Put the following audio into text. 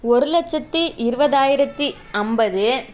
ஒரு லட்சத்தி இருபதாயிரத்தி ஐம்பது